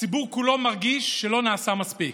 הציבור כולו מרגיש שלא נעשה מספיק.